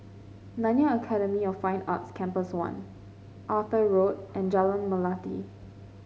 Nanyang Academy of Fine Arts Campus One Arthur Road and Jalan Melati